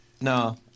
No